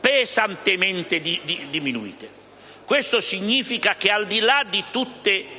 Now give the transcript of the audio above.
pesantemente diminuite. Questo significa che, al di là di tutte